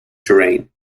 terrain